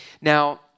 Now